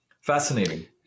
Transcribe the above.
Fascinating